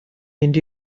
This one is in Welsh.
mynd